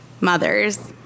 mothers